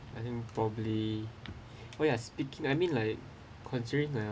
I think probably what you are speaking I mean like considering